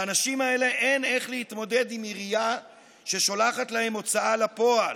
לאנשים האלה אין איך להתמודד עם עירייה ששולחת להם הוצאה לפועל,